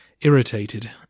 Irritated